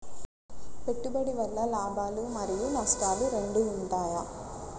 పెట్టుబడి వల్ల లాభాలు మరియు నష్టాలు రెండు ఉంటాయా?